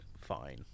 fine